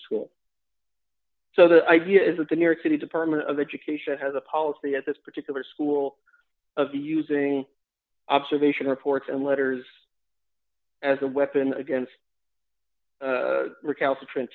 school so the idea is that the new york city department of education has a policy at this particular school of the using observation reports and letters as a weapon against recalcitrant